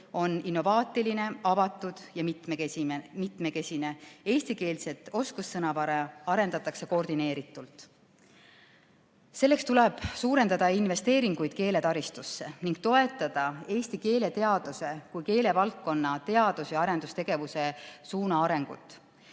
on innovaatiline, avatud ja mitmekesine, eestikeelset oskussõnavara arendatakse koordineeritult. Selleks tuleb suurendada investeeringuid keeletaristusse ning toetada Eesti keeleteaduse kui keelevaldkonna teadus- ja arendustegevuse suuna arengut.